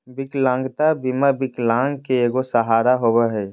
विकलांगता बीमा विकलांग के एगो सहारा होबो हइ